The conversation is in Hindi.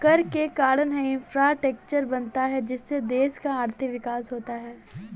कर के कारण है इंफ्रास्ट्रक्चर बनता है जिससे देश का आर्थिक विकास होता है